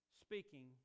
speaking